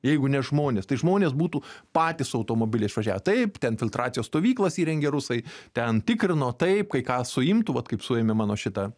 jeigu ne žmonės tai žmonės būtų patys automobiliais išvažiavę taip ten filtracijos stovyklas įrengė rusai ten tikrino taip kai ką suimtų vat kaip suėmė mano šitą